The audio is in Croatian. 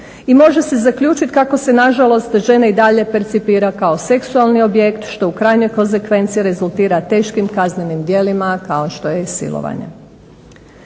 i može se zaključiti kako se na žalost žene i dalje percipira kao seksualni objekt što u krajnjoj konzekvenci rezultira teškim kaznenim djelima kao što je i silovanje.